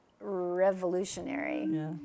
Revolutionary